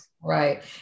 right